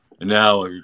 Now